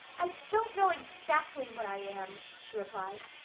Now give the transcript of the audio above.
i don't know exactly what i am, she replied.